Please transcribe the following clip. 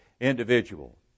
individual